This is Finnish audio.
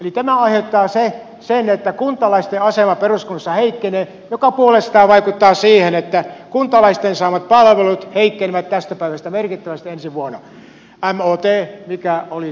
tämä aiheuttaa sen että kuntalaisten asema peruskunnissa heikkenee mikä puolestaan vaikuttaa siihen että kuntalaisten saamat palvelut heikkenevät tästä päivästä merkittävästi ensi vuonna